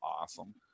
awesome